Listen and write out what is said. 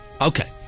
Okay